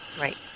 Right